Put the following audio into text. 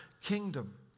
kingdom